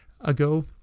ago